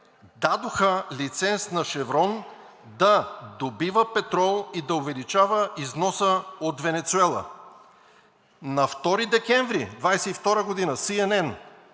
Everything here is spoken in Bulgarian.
дадоха лиценз на „Шеврон“ да добива петрол и да увеличава износа от Венецуела.“ На 2 декември 2022 г.